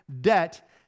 debt